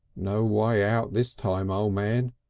no way out this time, o' man,